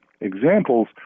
examples